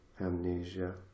amnesia